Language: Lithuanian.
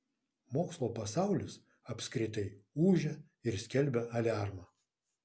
mokslo pasaulis apskritai ūžia ir skelbia aliarmą